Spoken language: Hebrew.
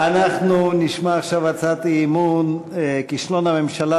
אנחנו נשמע עכשיו הצעת אי-אמון: כישלון הממשלה